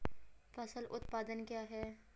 फसल उत्पादन क्या है?